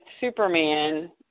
Superman